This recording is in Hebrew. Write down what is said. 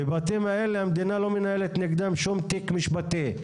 והבתים האלה, המדינה לא מנהלת נגדם שום תיק משפטי.